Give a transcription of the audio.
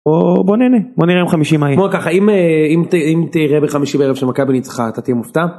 בוא נהנה, בוא נראה, יום חמישי מה יהיה בוא נגיד ככה אם תראה בחמישי בערב שמכבי ניצחה, אתה תהיה מופתע?